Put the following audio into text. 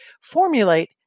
formulate